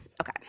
okay